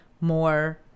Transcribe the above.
more